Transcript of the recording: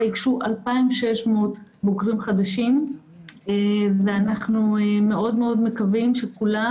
ייגשו 2,600 בוגרים חדשים ואנחנו מאוד מאוד מקווים שכולם